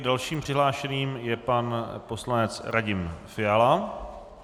Dalším přihlášeným je pan poslanec Radim Fiala.